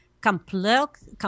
complex